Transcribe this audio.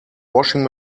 washing